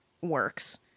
works